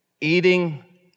eating